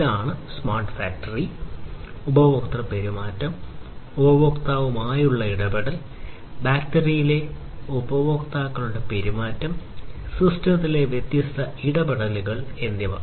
ഇതാണ് smart factory ഉപഭോക്തൃ പെരുമാറ്റം ഉപഭോക്താവുമായുള്ള ഇടപെടൽ ഫാക്ടറിയിലെ ഉപഭോക്താക്കളുടെ പെരുമാറ്റം സിസ്റ്റത്തിലെ വ്യത്യസ്ത ഇടപെടലുകൾ എന്നിവ